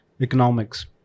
economics